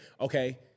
okay